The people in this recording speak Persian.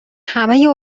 همه